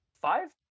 five